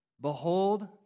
Behold